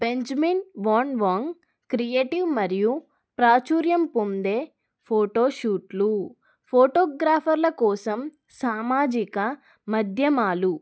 Benjamin వాన్వాంగ్ creative మరియు ప్రాచుర్యం పొందే ఫోటోషూట్లు ఫోటోగ్రాఫర్ల కోసం సామాజిక మాధ్యమాలు